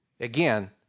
Again